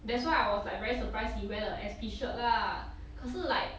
that's why I was like very surprise he wear the S_P shirt lah 可是 like